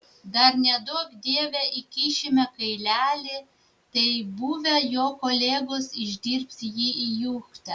dar neduok dieve įkišime kailelį tai buvę jo kolegos išdirbs jį į juchtą